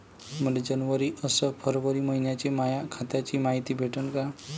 मले जनवरी अस फरवरी मइन्याची माया खात्याची मायती भेटन का?